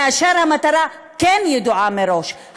כאשר המטרה כן ידועה מראש,